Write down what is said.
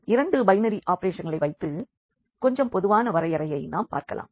இரண்டு பைனரி ஆபரேஷன்களை வைத்து கொஞ்சம் பொதுவான வரையறையை நாம் பார்க்கலாம்